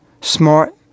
Smart